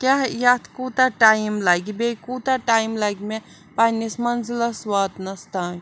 کیٛاہ یَتھ کوٗتاہ ٹایِم لَگہِ بیٚیہِ کوٗتاہ ٹایِم لَگہِ مےٚ پَنٛنِس منزِلَس واتنَس تام